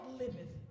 liveth